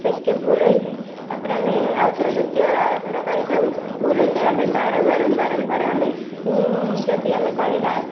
ଭୁଲ ହୋଇଥାଏ ତା'ପରେ ଆମେ ଆଉଥରେ ଦ୍ୱିତୀୟ ଥର କରିଥାଉ ଭୁଲ ହେଇଥାଏ ଆମେ ବାର ବାର ବାରମ୍ବାର ବାରମ୍ବାର ଆମେ ଯଦି ଆମେ କରିବା